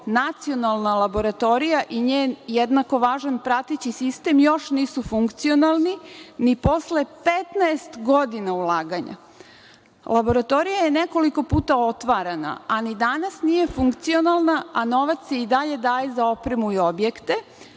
nacionalna laboratorija i njen jednako važan prateći sistem još nisu funkcionalni ni posle 15 godina ulaganja. Laboratorija je nekoliko puta otvarana, a ni danas nije funkcionalna, a novac se i dalje daje za opremu i objekte,